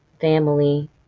family